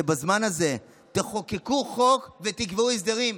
שבזמן הזה תחוקקו חוק ותקבעו הסדרים,